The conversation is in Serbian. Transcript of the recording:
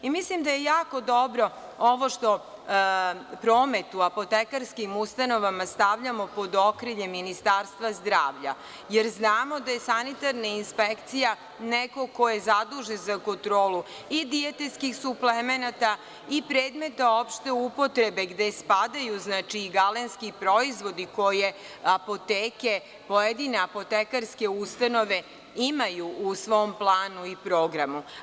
Mislim da je jako dobro ovo što promet u apotekarskim ustanovama stavljamo pod okrilje Ministarstva zdravlja, jer znamo da je sanitarna inspekcija neko ko je zadužen za kontrolu i dijetetskih suplemenata i predmeta opšte upotrebe gde spadaju, znači, i galenski proizvodi koje apoteke, pojedine apotekarske ustanove imaju u svom planu i programu.